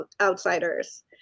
outsiders